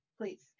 please